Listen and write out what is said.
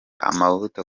amavuta